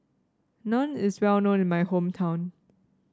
naan is well known in my hometown